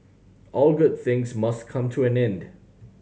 all good things must come to an end